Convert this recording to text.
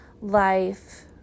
life